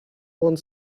one